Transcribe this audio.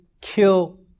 kill